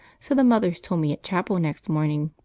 so the mothers told me at chapel next morning.